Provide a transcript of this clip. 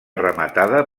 rematada